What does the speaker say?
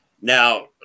Now